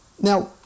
Now